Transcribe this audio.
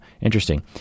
Interesting